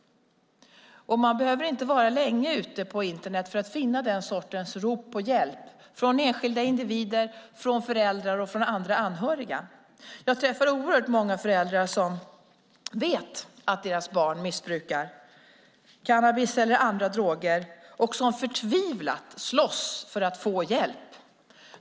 Man behöver inte vara länge ute på Internet för att finna den sortens rop på hjälp från enskilda individer, från föräldrar och från andra anhöriga. Jag träffar oerhört många föräldrar som vet att deras barn missbrukar cannabis eller andra droger och som förtvivlat slåss för att få hjälp.